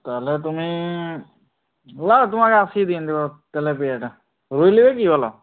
তাহলে তুমি নাও তোমাকে আজই দেব তেলাপিয়াটা রুই নেবে কি বলো